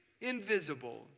invisible